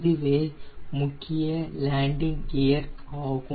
இதுவே முக்கிய landing gear ஆகும்